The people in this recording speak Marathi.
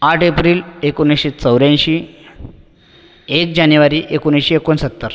आठ एप्रिल एकोणीसशे चौऱ्याऐंशी एक जानेवारी एकोणीसशे एकोणसत्तर